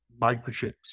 microchips